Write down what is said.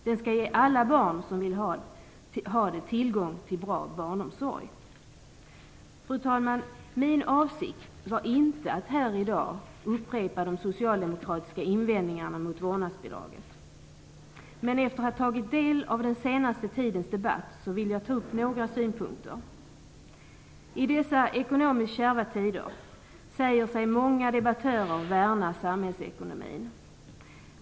Den skall ge alla barn tillgång till bra barnomsorg. Fru talman! Min avsikt var inte att här i dag upprepa de socialdemokratiska invändningarna mot vårdnadsbidraget. Men efter att ha tagit del av den senaste tidens debatt vill jag ta upp några synpunkter. I dessa ekonomiskt kärva tider säger sig många debattörer värna samhällsekonomin.